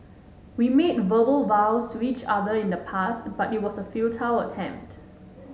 we made verbal vows to each other in the past but it was a futile attempt